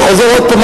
אני חוזר עוד פעם,